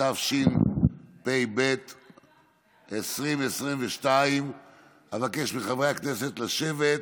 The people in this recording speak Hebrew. התשפ"ב 2022. אבקש מחברי הכנסת לשבת.